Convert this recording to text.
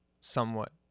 somewhat